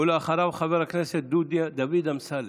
ואחריו, חבר הכנסת דוד אמסלם.